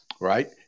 Right